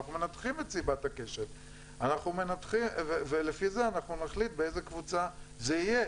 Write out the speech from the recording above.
אנחנו מנתחים את סיבת הכשל ולפי זה אנחנו נחליט באיזו קבוצה זה יהיה,